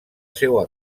seua